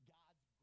god's